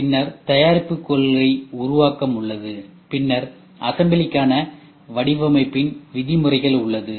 பின்னர் தயாரிப்பு கொள்கை உருவாக்கம் உள்ளது பின்னர் அசெம்பிளிக்கான வடிவமைப்பின் விதிமுறைகள் உள்ளது